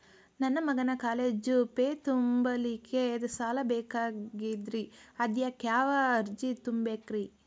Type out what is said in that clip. ನನ್ನ ಮಗನ college fee ತುಂಬಲಿಕ್ಕೆ ಸಾಲ ಬೇಕಾಗೆದ್ರಿ ಅದಕ್ಯಾವ ಅರ್ಜಿ ತುಂಬೇಕ್ರಿ?